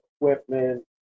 equipment